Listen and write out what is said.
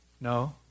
No